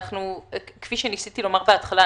כפי שניסיתי לומר בהתחלה,